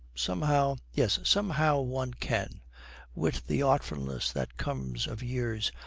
somehow yes, somehow one can with the artfulness that comes of years,